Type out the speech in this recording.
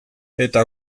eta